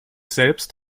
selbst